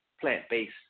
plant-based